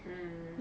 mm